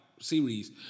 series